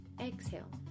exhale